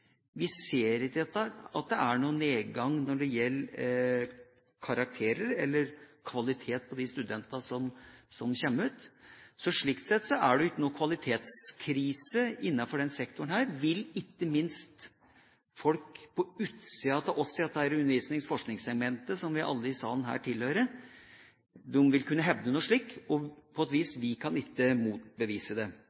Vi ser ikke at det er noen nedgang når det gjelder karakterer eller kvaliteten på de studentene som kommer ut, så slik sett er det ikke noen kvalitetskrise innenfor denne sektoren. Ikke minst vil folk på utsiden av oss i dette undervisnings-/forskningssegmentet, som vi alle i denne salen tilhører, kunne hevde noe slikt, og på et vis